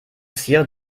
zier